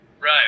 Right